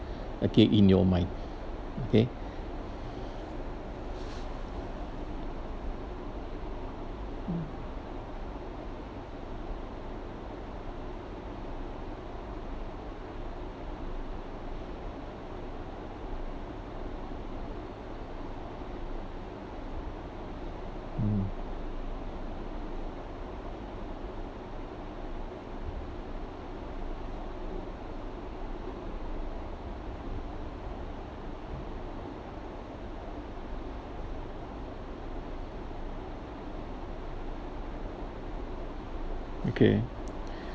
okay in your mind okay mm okay